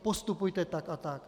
Postupujte tak a tak.